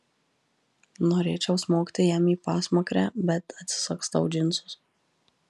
norėčiau smogti jam į pasmakrę bet atsisagstau džinsus